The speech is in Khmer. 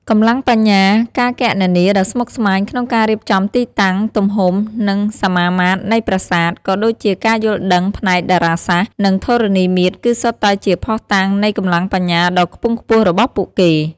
កម្លាំងបញ្ញា ការគណនាដ៏ស្មុគស្មាញក្នុងការរៀបចំទីតាំង ទំហំ និងសមាមាត្រនៃប្រាសាទ ក៏ដូចជាការយល់ដឹងផ្នែកតារាសាស្ត្រ និងធរណីមាត្រ គឺសុទ្ធតែជាភស្តុតាងនៃកម្លាំងបញ្ញាដ៏ខ្ពង់ខ្ពស់របស់ពួកគេ។